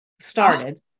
started